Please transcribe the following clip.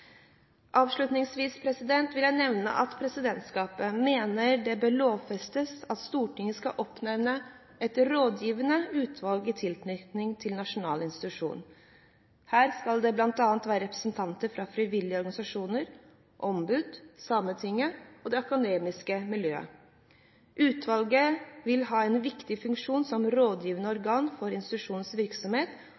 Avslutningsvis vil jeg nevne at presidentskapet mener det bør lovfestes at Stortinget skal oppnevne et rådgivende utvalg i tilknytning til nasjonal institusjon. Her skal det bl.a. være representanter fra frivillige organisasjoner, ombudene, Sametinget og det akademiske miljø. Utvalget vil ha en viktig funksjon som rådgivende